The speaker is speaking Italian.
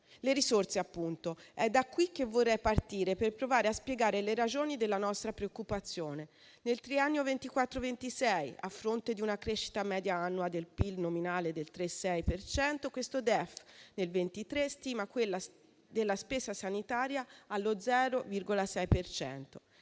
Le risorse, appunto: è da qui che vorrei partire per provare a spiegare le ragioni della nostra preoccupazione. Nel triennio 2024-2026, a fronte di una crescita media annua del PIL nominale del 3,6 per cento, questo DEF nel 2023 stima quella della spesa sanitaria allo 0,6